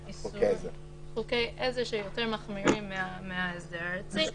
חוקי עזר שיותר מחמירים מההסדר הארצי.